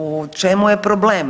U čemu je problem?